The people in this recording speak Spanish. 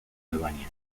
albania